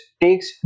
takes